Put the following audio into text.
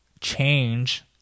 change